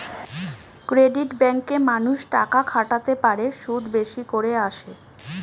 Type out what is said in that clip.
credit ব্যাঙ্কে মানুষ টাকা খাটাতে পারে, সুদ বেশি করে আসে